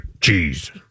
cheese